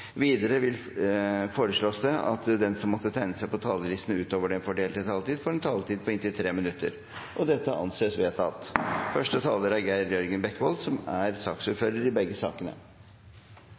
at de som måtte tegne seg på talerlisten utover den fordelte taletid, får en taletid på inntil 3 minutter. – Det anses vedtatt. La meg først få takke komiteen for et godt samarbeid. Selv om komiteen er delt i